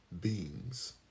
beings